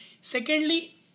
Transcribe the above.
Secondly